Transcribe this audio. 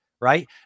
right